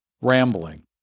rambling